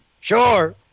sure